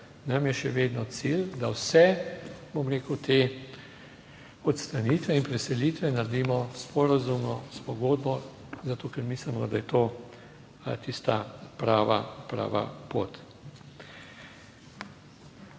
nam je še vedno cilj, da vse, bom rekel, te odstranitve in preselitve naredimo sporazumno s pogodbo, zato ker mislimo, da je to tista prava pot.